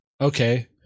Okay